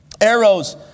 arrows